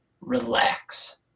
Relax